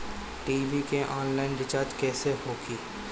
TV के online recharge कैसे होखी?